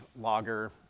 lager